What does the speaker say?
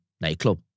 nightclub